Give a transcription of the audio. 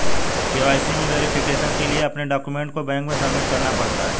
KYC में verification के लिए अपने डाक्यूमेंट को बैंक में सबमिट करना पड़ता है